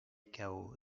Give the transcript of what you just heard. cao